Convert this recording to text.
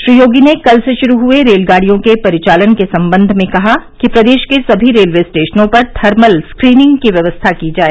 श्री योगी ने कल से शुरू हुए रेलगाड़ियों के परिचालन के संबंध में कहा कि प्रदेश के सभी रेलवे स्टेशनों पर थर्मल स्क्रीनिंग की व्यवस्था की जाए